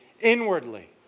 inwardly